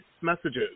messages